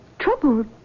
troubled